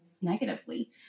negatively